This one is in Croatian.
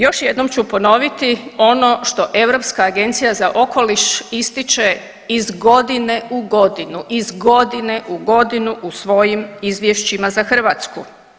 Još jednom ću ponoviti ono što Europska agencija za okoliš ističe iz godine u godinu, iz godine u godinu u svojim izvješćima za Hrvatsku.